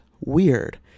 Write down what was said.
weird